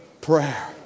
prayer